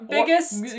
Biggest